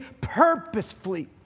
purposefully